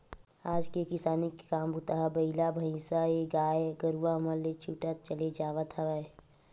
आज के किसानी के काम बूता ह बइला भइसाएगाय गरुवा मन ले छूटत चले जावत हवय